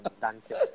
dancing